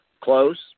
close